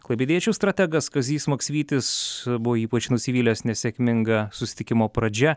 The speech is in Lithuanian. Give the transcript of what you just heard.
klaipėdiečių strategas kazys maksvytis buvo ypač nusivylęs nesėkminga susitikimo pradžia